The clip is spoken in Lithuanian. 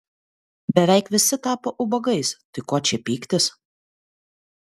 beveik visi tapo ubagais tai ko čia pyktis